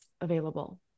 available